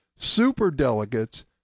superdelegates